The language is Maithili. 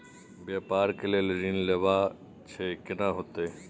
व्यापार के लेल ऋण लेबा छै केना होतै?